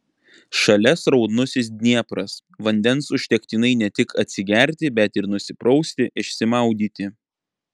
šalia sraunusis dniepras vandens užtektinai ne tik atsigerti bet ir nusiprausti išsimaudyti